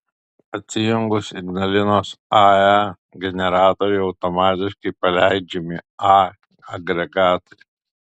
atsijungus ignalinos ae generatoriui automatiškai paleidžiami a agregatai